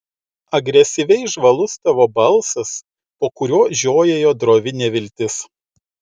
agresyviai žvalus tavo balsas po kuriuo žiojėjo drovi neviltis